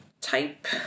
Type